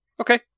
Okay